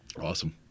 Awesome